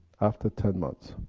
after ten months.